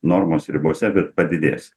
normos ribose bet padidės